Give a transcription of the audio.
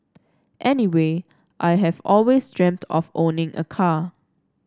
anyway I have always dreamt of owning a car